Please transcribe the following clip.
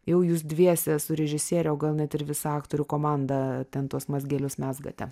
jau jūs dviese su režisiere o gal net ir visa aktorių komanda ten tuos mazgelius mezgate